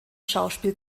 schauspiel